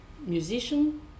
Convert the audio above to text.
musician